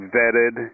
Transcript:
vetted